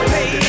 Pay